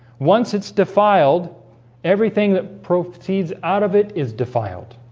once it's defiled everything that proceeds out of it is defiled